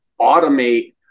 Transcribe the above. automate